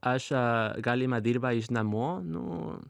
aš galima dirba iš namo nu